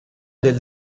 del